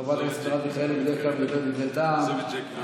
חברת הכנסת מרב מיכאלי בדרך כלל מדברת דברי טעם.